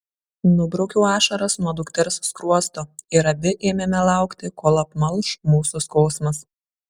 nubraukiau ašaras nuo dukters skruosto ir abi ėmėme laukti kol apmalš mūsų skausmas